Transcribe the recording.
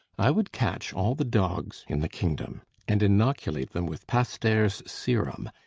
i would catch all the dogs in the kingdom and inoculate them with pasteur's serum,